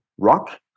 rock